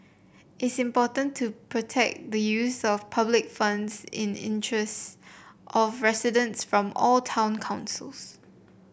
is important to protect the use of public funds in the interest of residents from all town councils